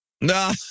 No